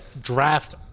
draft